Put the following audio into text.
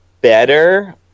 better